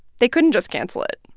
they couldn't just cancel it.